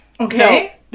okay